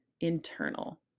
internal